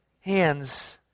hands